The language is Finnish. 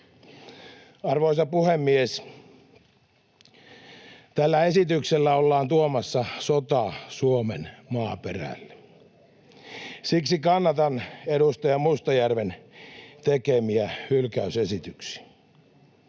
Arvoisa puhemies! Tällä esityksellä ollaan tuomassa sota Suomen maaperälle. Siksi kannatan edustaja Mustajärven tekemiä hylkäysesityksiä.